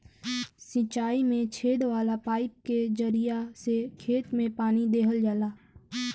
सिंचाई में छेद वाला पाईप के जरिया से खेत में पानी देहल जाला